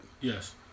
Yes